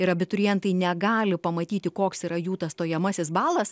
ir abiturientai negali pamatyti koks yra jų tas stojamasis balas